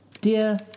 Dear